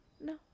No